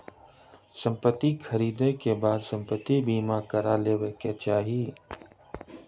संपत्ति ख़रीदै के बाद संपत्ति बीमा करा लेबाक चाही